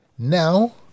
Now